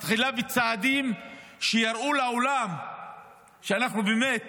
מתחילה בצעדים שיראו לעולם שאנחנו באמת